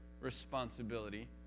responsibility